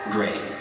Great